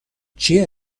چیه